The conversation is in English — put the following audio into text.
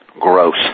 gross